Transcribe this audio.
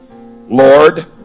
lord